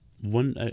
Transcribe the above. one